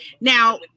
Now